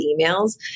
emails